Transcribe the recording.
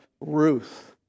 Ruth